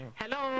hello